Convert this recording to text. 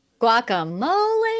Guacamole